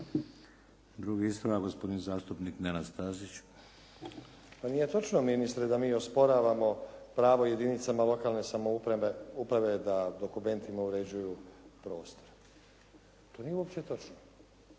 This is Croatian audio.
Drugi ispravak gospodin zastupnik Nenad Stazić. **Stazić, Nenad (SDP)** Pa nije točno ministre da mi osporavamo pravo jedinicama lokalne samouprave da dokumentima uređuju prostor. To nije uopće točno.